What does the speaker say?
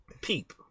Peep